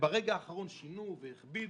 וברגע האחרון שינו והכבידו.